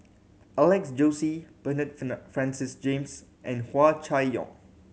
Alex Josey Bernard Francis James and Hua Chai Yong